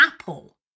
Apple